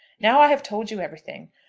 now, i have told you everything.